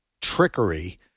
trickery